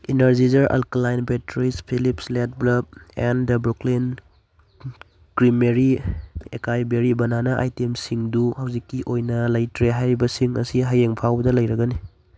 Energizer alkaline batteries Philips LED bulb and Brooklyn creamery acai berry banana ꯑꯥꯏꯇꯦꯝꯁꯤꯡꯗꯨ ꯍꯧꯖꯤꯛꯀꯤ ꯑꯣꯏꯅ ꯂꯩꯇ꯭ꯔꯦ ꯍꯥꯏꯔꯤꯕꯁꯤꯡ ꯑꯁꯤ ꯍꯌꯦꯡ ꯐꯥꯎꯕꯗ ꯂꯩꯔꯒꯅꯤ